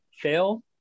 Fail